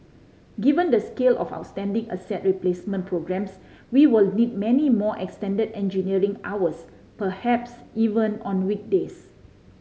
given the scale of outstanding asset replacement programmes we will need many more extended engineering hours perhaps even on weekdays